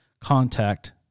contact